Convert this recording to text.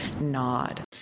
nod